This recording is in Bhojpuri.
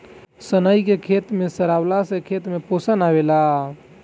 सनई के खेते में सरावला से खेत में पोषण आवेला